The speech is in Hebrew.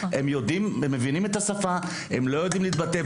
הם יודעים ומבינים את השפה הם לא יודעים להתבטא.